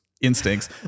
instincts